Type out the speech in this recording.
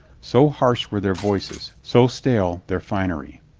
so harsh were their voices, so stale their finery.